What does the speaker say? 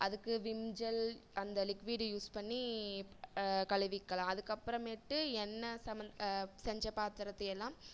அதுக்கு Vim gel அந்த liquid use பண்ணி கழுவிக்கலாம் அதுக்கு அப்புறமேட்டு எண்ணய் சம்பந்த செஞ்ச பாத்திரத்தை எல்லாம்